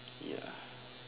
ya